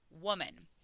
woman